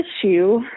issue